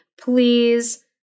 Please